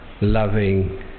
Loving